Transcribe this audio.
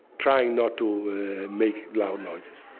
trying not to make loud noises